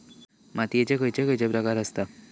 मातीयेचे खैचे खैचे प्रकार आसत?